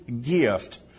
gift